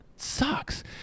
Sucks